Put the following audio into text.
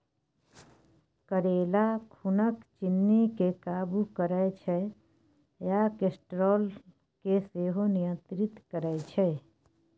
करेला खुनक चिन्नी केँ काबु करय छै आ कोलेस्ट्रोल केँ सेहो नियंत्रित करय छै